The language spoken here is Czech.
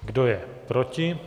Kdo je proti?